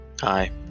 Hi